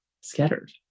scattered